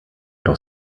doch